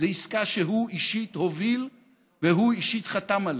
זו עסקה שהוא אישית הוביל והוא אישית חתם עליה.